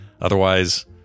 Otherwise